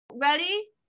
Ready